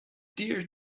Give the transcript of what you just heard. dear